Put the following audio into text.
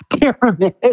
pyramid